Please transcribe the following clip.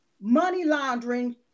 money-laundering